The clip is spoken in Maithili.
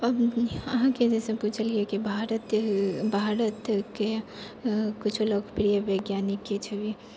अहाँ जे सब पुछलिए की भारतके किछु लोकप्रिय वैज्ञानिकके छथि